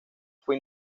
fue